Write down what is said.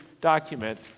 document